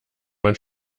man